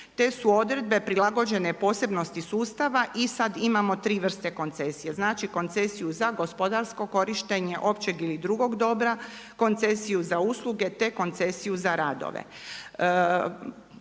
Te su odredbe prilagođene posebnosti sustava i sad imamo tri vrste koncesija. Znači koncesiju za gospodarsko korištenje općeg ili drugog dobra, koncesiju za usluge, te koncesiju za radove.